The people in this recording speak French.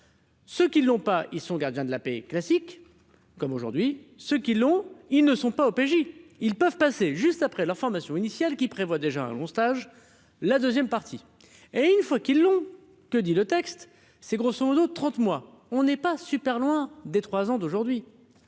Ce qui ne l'ont pas ils sont gardiens de la paix classique comme aujourd'hui, ceux qui l'ont, ils ne sont pas au PJ, ils peuvent passer juste après la formation initiale qui prévoit déjà un long stage la deuxième partie, et une fois qu'ils l'ont, que dit le texte, c'est grosso modo 30 mois on n'est pas super loin. Des trois ans d'aujourd'hui